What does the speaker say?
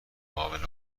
قابل